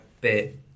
bit